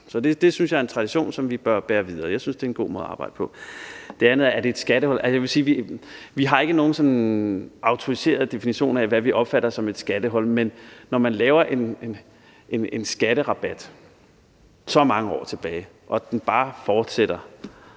Det andet, altså om det er et skattehul. Jeg vil sige, at vi har ikke sådan nogen autoriseret definition af, hvad vi opfatter som et skattehul, men når man laver en skatterabat så mange år tilbage og den bare fortsætter,